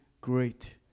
great